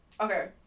Okay